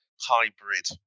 hybrid